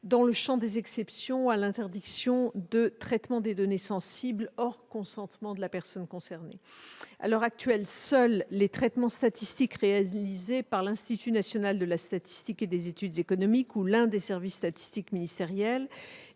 dans le champ des exceptions à l'interdiction de traitement des données sensibles hors consentement de la personne concernée. À l'heure actuelle, seuls les traitements statistiques réalisés par l'Institut national de la statistique et des études économiques ou l'un des services statistiques ministériels